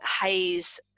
haze